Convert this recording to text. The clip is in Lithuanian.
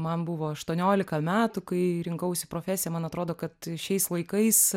man buvo aštuoniolika metų kai rinkausi profesiją man atrodo kad šiais laikais